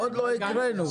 עוד לא הקראנו אותו.